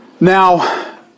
Now